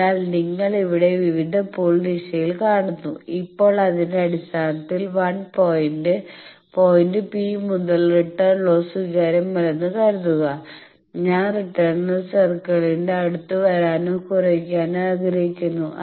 അതിനാൽ നിങ്ങൾ ഇവിടെ വിവിധ പൂൾ ദിശകൾ കാണുന്നു ഇപ്പോൾ അതിന്റെ അടിസ്ഥാനത്തിൽ 1 പോയിന്റ് പോയിന്റ് P മുതൽ റിട്ടേൺ ലോസ് സ്വീകാര്യമല്ലെന്ന് കരുതുക ഞാൻ റിട്ടേൺ ലോസ് സർക്കിളിന്റെ അടുത്ത് വരാനോ കുറയ്ക്കാനോ ആഗ്രഹിക്കുന്നു